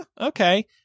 okay